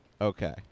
okay